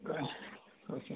okay